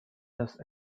just